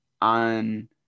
on